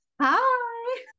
Hi